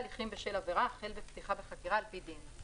"הליכים בשל עבירה" החל בפתיחה בחקירה על פי דין.